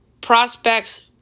prospects